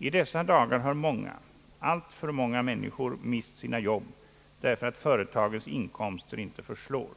I dessa dagar har många, alltför många människor mist sina jobb därför att företagens inkomster inte förslår.